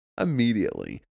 immediately